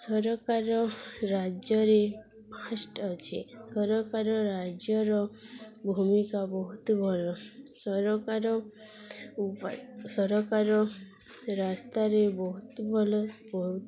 ସରକାର ରାଜ୍ୟରେ ଫାଷ୍ଟ ଅଛି ସରକାର ରାଜ୍ୟର ଭୂମିକା ବହୁତ ଭଲ ସରକାର ସରକାର ରାସ୍ତାରେ ବହୁତ ଭଲ ବ